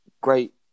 Great